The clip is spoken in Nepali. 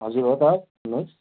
हजुर हो त भन्नुहोस्